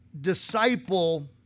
disciple